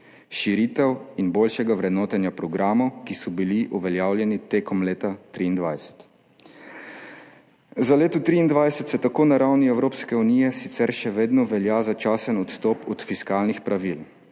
širitev in boljšega vrednotenja programov, ki so bili uveljavljeni v letu 2023. Za leto 2023 tako na ravni Evropske unije sicer še vedno velja začasen odstop od fiskalnih pravil.